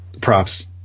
props